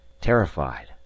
terrified